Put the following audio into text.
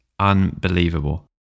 unbelievable